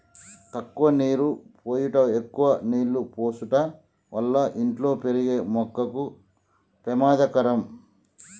తక్కువ నీరు పోయుట ఎక్కువ నీళ్ళు పోసుట వల్ల ఇంట్లో పెరిగే మొక్కకు పెమాదకరం